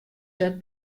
set